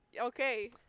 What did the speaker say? Okay